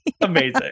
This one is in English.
amazing